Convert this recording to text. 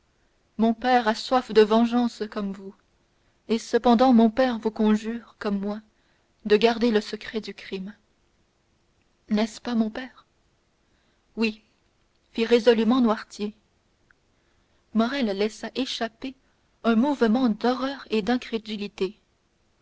mon père a soif de vengeance comme vous et cependant mon père vous conjure comme moi de garder le secret du crime n'est-ce pas mon père oui fit résolument noirtier morrel laissa échapper un mouvement d'horreur et d'incrédulité